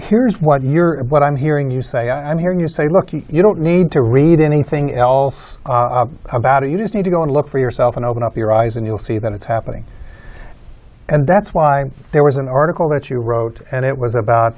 here's what you're what i'm hearing you say i'm hearing you say look you don't need to read anything else are about it you just need to go and look for yourself and open up your eyes and you'll see that it's happening and that's why there was an article that you wrote and it was about